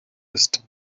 ist